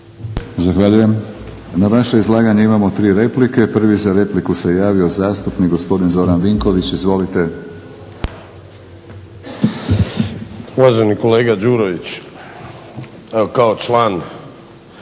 Zahvaljujem. Na vaše izlaganje imamo tri replike. Prvi za repliku se javio zastupnik gospodin Zoran Vinković. Izvolite. **Vinković, Zoran